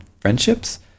friendships